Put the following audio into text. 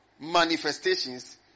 manifestations